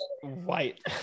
white